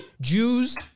Jews